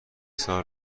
سال